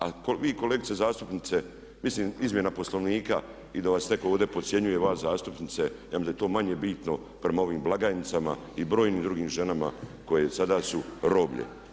A vi kolegice zastupnice mislim izmjena Poslovnika, i da vas netko ovdje podcjenjuje vas zastupnice ja mislim da je to manje bitno prema ovim blagajnicama i brojnim drugim ženama koje sada su roblje.